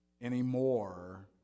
anymore